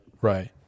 Right